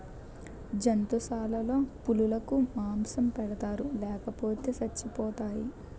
జంతుశాలలో పులులకు మాంసం పెడతారు లేపోతే సచ్చిపోతాయి